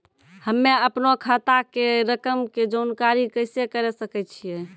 हम्मे अपनो खाता के रकम के जानकारी कैसे करे सकय छियै?